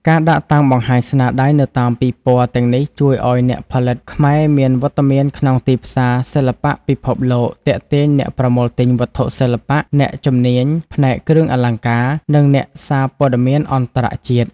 ការដាក់តាំងបង្ហាញស្នាដៃនៅតាមពិព័រណ៍ទាំងនេះ ជួយឱ្យផលិតផលខ្មែរមានវត្តមានក្នុងទីផ្សារសិល្បៈពិភពលោក ទាក់ទាញ អ្នកប្រមូលទិញ វត្ថុសិល្បៈ អ្នកជំនាញ ផ្នែកគ្រឿងអលង្ការ និង អ្នកសារព័ត៌មានអន្តរជាតិ។